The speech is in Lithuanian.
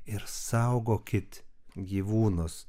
ir saugokit gyvūnus